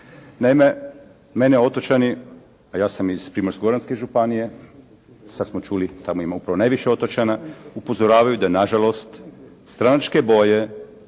Naime, mene otočani, a ja sam iz Primorsko-goranske županije, sada smo čuli, tamo ima upravo najviše otočana upozoravaju da nažalost stranačke boje